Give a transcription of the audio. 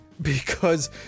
Because-